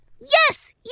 Yes